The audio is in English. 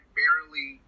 barely